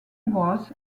was